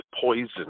poison